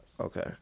Okay